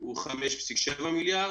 הוא 5.7 מיליארד.